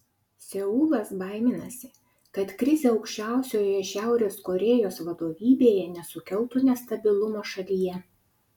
seulas baiminasi kad krizė aukščiausioje šiaurės korėjos vadovybėje nesukeltų nestabilumo šalyje